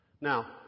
Now